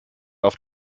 auf